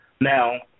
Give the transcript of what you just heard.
Now